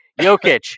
Jokic